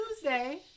Tuesday